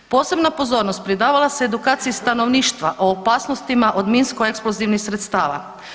Posebna pozornost pridavala se edukaciji stanovništva o opasnostima od minsko eksplozivnih sredstava.